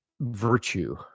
virtue